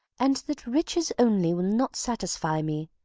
and that riches only will not satisfy me.